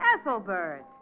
Ethelbert